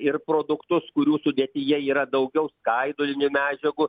ir produktus kurių sudėtyje yra daugiau skaidulinių medžiagų